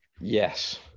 Yes